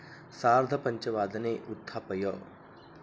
सार्धपञ्चवादने उत्थापय